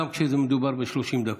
גם כשמדובר ב-30 דקות.